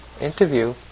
interview